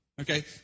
Okay